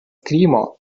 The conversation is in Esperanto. krimo